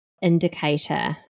indicator